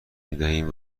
میدهیم